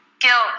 guilt